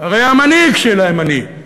הרי המנהיג שלהם אני.